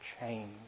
change